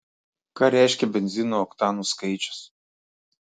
ką reiškia benzino oktanų skaičius